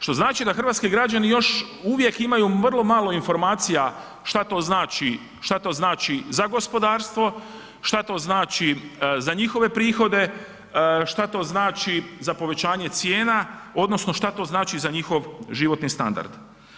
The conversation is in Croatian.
Što znači da hrvatski građani još uvijek imaju vrlo malo informacija šta to znači, šta to znači za gospodarstvo, šta to znači za njihove prihode, šta to znači za povećanje cijena odnosno šta to znači za njihov životni standard.